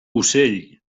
ocell